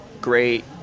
great